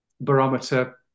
barometer